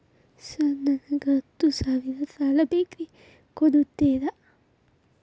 Sir ನನಗ ಹತ್ತು ಸಾವಿರ ಸಾಲ ಬೇಕ್ರಿ ಕೊಡುತ್ತೇರಾ?